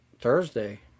Thursday